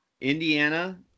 Indiana